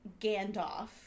Gandalf